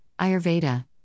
Ayurveda